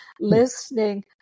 listening